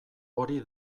hori